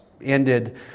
ended